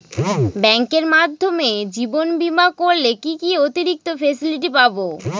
ব্যাংকের মাধ্যমে জীবন বীমা করলে কি কি অতিরিক্ত ফেসিলিটি পাব?